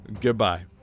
goodbye